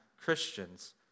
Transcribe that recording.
Christians